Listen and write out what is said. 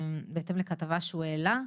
בהתאם לכתבה שהוא העלה,